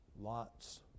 Lot's